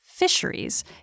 Fisheries